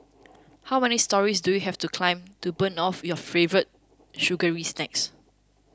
how many storeys do you have to climb to burn off your favourite sugary snacks